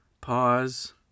Pause